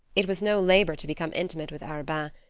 it was no labor to become intimate with arobin.